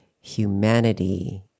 humanity